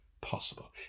possible